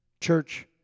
Church